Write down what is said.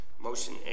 Motion